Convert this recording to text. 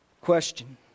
Question